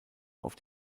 auf